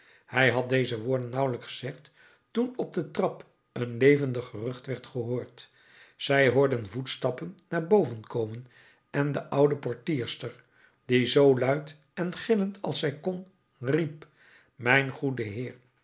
hij had deze woorden nauwelijks gezegd toen op de trap een levendig gerucht werd gehoord zij hoorden voetstappen naar boven komen en de oude portierster die zoo luid en gillend als zij kon riep mijn goede heer